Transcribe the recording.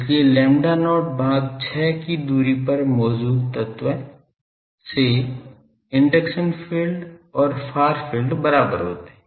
इसलिए lambda not भाग 6 की दूरी पर मौजूद धारा तत्व से इंडक्शन फील्ड और फार फील्ड बराबर होते हैं